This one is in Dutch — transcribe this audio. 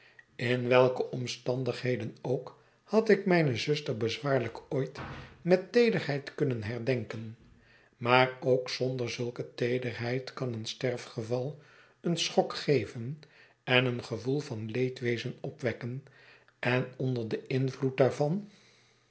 in welke omstandigheden ook had ik mijne zuster bezwaarlyk ooit met teederheid kunnen herdenken maar ook zonder zulke teederheid kan een sterfgeval een schok geven en een gevoel van leedwezen opwekken en onder den invloed daarvan